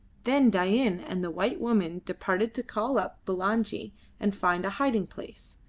then dain and the white woman departed to call up bulangi and find a hiding-place.